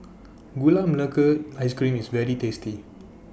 Gula Melaka Ice Cream IS very tasty